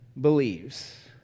believes